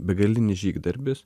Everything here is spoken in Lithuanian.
begalinis žygdarbis